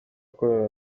korali